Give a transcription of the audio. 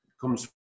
comes